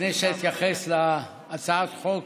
לפני שאתייחס להצעת החוק